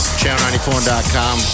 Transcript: channel94.com